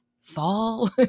Fall